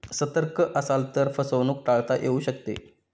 सतर्क असाल तर फसवणूक टाळता येऊ शकते